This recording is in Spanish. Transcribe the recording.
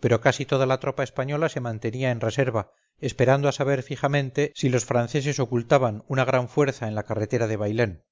pero casi toda la tropa española se mantenía en reserva esperando a saber fijamente si los franceses ocultaban una gran fuerza en la carretera de bailén